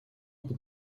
под